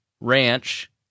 ranch